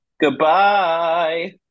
Goodbye